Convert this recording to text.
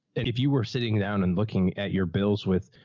if you were sitting down and looking at your bills with,